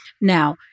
Now